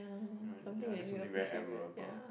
mm yeah that's something very admirable